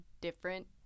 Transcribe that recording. different